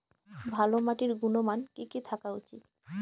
ভালো মাটির গুণমান কি কি থাকা উচিৎ?